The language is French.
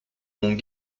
mont